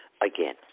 again